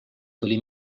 tuli